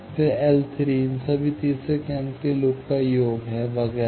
फिर ∑ L इन सभी तीसरे क्रम के लूप का योग है वगैरह